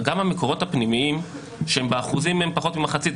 גם המקורות הפנימיים, שהם באחוזים הם פחות ממחצית.